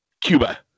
Cuba